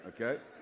okay